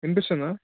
వినిపిస్తుందా